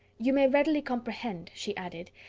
you may readily comprehend, she added,